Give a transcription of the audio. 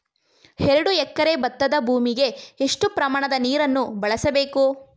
ಎರಡು ಎಕರೆ ಭತ್ತದ ಭೂಮಿಗೆ ಎಷ್ಟು ಪ್ರಮಾಣದ ನೀರನ್ನು ಬಳಸಬೇಕು?